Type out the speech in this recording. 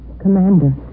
Commander